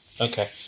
Okay